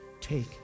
Take